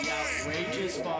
outrageous